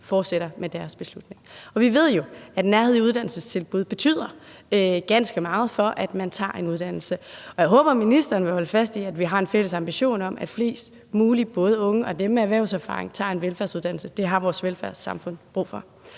fast i deres beslutning. Vi ved jo, at nærhed i uddannelsestilbud betyder ganske meget for, at man tager en uddannelse, og jeg håber, at ministeren vil holde fast i, at vi har en fælles ambition om, at flest mulige, både unge og dem med erhvervserfaring, tager en velfærdsuddannelse, for det har vores velfærdssamfund brug for.